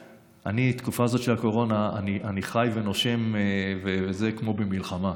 בתקופה הזאת של הקורונה אני חי ונושם כמו במלחמה.